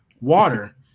Water